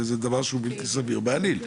זה דבר שהוא בלתי סביר בעליל.